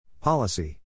policy